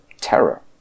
terror